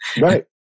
right